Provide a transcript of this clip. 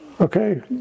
okay